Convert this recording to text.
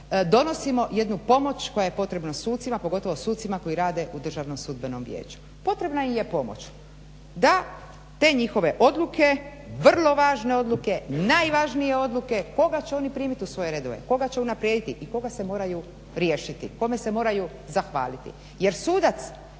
donosimo jednu pomoć koja je potrebna sucima, pogotovo sucima koji rade u državnom sudbenom vijeću. Potrebna im je pomoć da te njihove odluke vrlo važne odluke, najvažnije odluke koga će oni primiti u svoje redove, koga će unaprijediti i koga se moraju riješiti i koga se moraju riješiti, kome se